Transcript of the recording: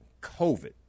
COVID